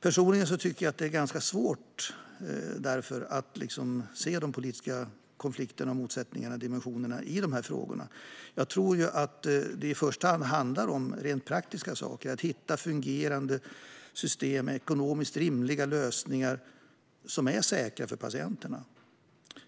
Personligen tycker jag därför att det är ganska svårt att se de politiska konflikterna och dimensionerna i de här frågorna. Jag tror att det i första hand handlar om rent praktiska saker: att hitta fungerande system med ekonomiskt rimliga lösningar som är säkra för patienterna.